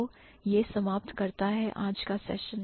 तो यह समाप्त करता है आज का फैशन